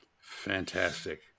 Fantastic